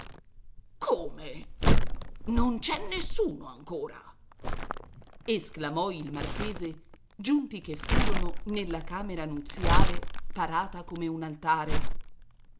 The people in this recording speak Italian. come non c'è nessuno ancora esclamò il marchese giunti che furono nella camera nuziale parata come un altare